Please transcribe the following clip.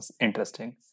interesting